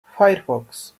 firefox